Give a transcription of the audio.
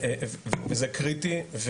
וזה קריטי.